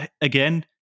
again